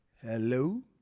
Hello